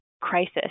crisis